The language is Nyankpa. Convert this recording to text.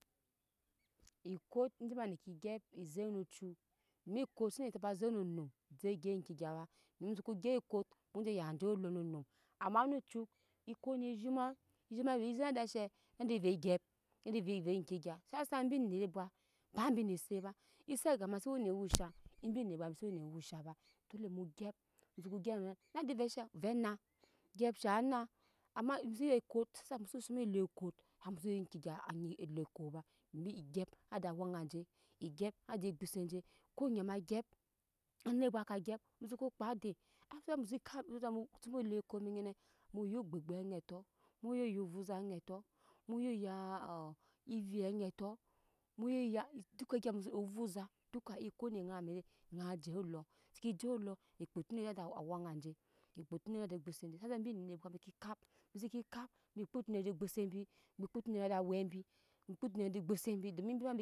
ekot je ma nike gyap se zek no cuk domi ekot sene teba zek no num se gyap eŋke gya ba domi muso gyap ekot mu ju yaje olu no num ama nu cuk kot ne zhoma zhoma we zek ada she madu ve gyap mada ve eŋke gya se sha embi nere bwet ba embi ne set ba ese aga mai sa wena ewusha embi nere bwet embi sa wene wusha ba dle mu gyap muso ko gyap naidi ve she ove na gyap nadu ve she ove na gyap shaŋ ana ema muso ye ekot muse seme du ekot har muso ya eŋke gya oŋɛ olu ekot ba dumi egyap nadu awɛŋa je egyap nadu ogose je konyi mai agyap anet ebwet mai ka gyap muso ko kpa dan a ve muce kap ovaza mu mu cima olu okot eme anyne muju gbe gbe oŋet to mu iye yo ovoza aŋɛt to mu ye ya evii eŋet to mu ye ya dooka egya muso ovaza ekat ne ŋara mwɛre ŋara je olu se ke je ollu ekpe to nada awɛŋa je ekpe to nada ogbose je shiyasa embii bwet embi kap embi se kap embi kpo tenedi ogbose embi embi kpo tenedi ogbose embi dom embi ma bi